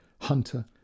Hunter